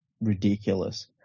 ridiculous